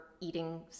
eating